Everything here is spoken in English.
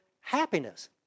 happiness